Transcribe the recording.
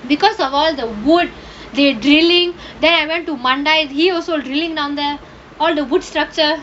because of all the wood they drilling there I went to mandai beach also drilling down there on the wooden structure